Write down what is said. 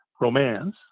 romance